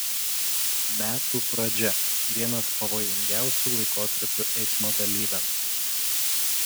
metų pradžia vienas pavojingiausių laikotarpių eismo dalyviams